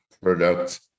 product